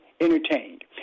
entertained